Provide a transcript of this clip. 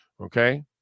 Okay